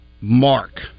Mark